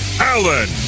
Allen